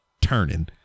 turning